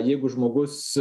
jeigu žmogus